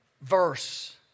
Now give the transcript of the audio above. verse